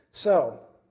so,